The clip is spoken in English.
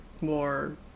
more